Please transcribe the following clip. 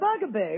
bugaboo